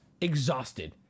exhausted